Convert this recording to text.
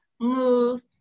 move